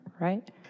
right